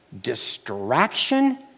Distraction